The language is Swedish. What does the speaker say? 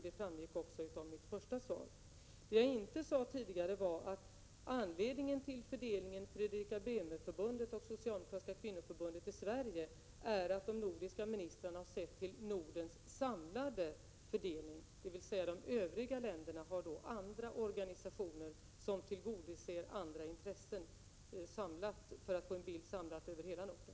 Det framgick också av mitt första svar. Vad jag tidigare inte sade var att anledningen till fördelningen till Fredrika Bremerförbundet och Socialdemokratiska kvinnoförbundet i Sverige är att de nordiska ministrarna sett till Nordens samlade fördelning — de övriga länderna har andra organisationer som tillgodoser andra intressen. Detta är till för att man skall få en samlad bild av hela Norden.